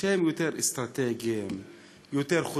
שהם אסטרטגיים יותר,